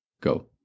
go